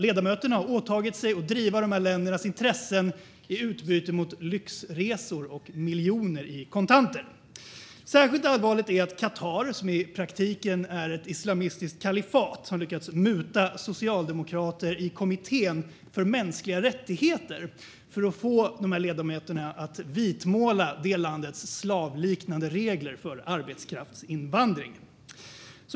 Ledamöterna har åtagit sig att driva dessa länders intressen i utbyte mot lyxresor och miljoner i kontanter. Särskilt allvarligt är att Qatar, som i praktiken är ett islamistiskt kalifat, har lyckats muta socialdemokrater i kommittén för mänskliga rättigheter och få dessa ledamöter att vitmåla landets slavliknande regler för arbetskraftsinvandring.